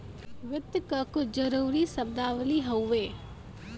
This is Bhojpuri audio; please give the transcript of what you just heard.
वित्त क कुछ जरूरी शब्दावली हउवे